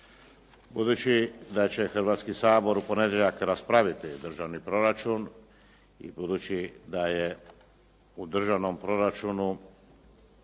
Budući da će Hrvatski sabor u ponedjeljak raspraviti Državni proračun i budući da je u Državnom proračunu,